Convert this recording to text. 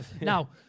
Now